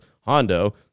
Hondo